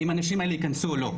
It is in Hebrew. אם הנשים האלה יכנסו או לא?